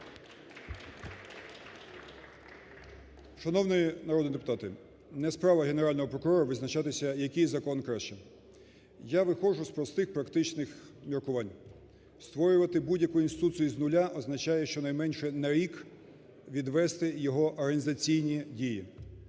Шановні народні депутати, не справа Генерального прокурора визначатися який закон краще. Я виходжу з простих практичних міркувань, створювати будь-яку інституцію з нуля означає, щонайменше, на рік відвести його організаційні дії,